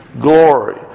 glory